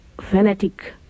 fanatic